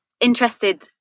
interested